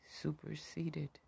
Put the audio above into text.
superseded